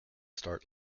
start